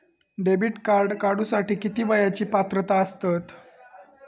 Debit card काढूसाठी किती वयाची पात्रता असतात?